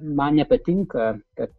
man nepatinka kad